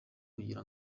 kugira